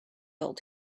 old